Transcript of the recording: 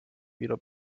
wieder